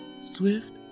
swift